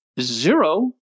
zero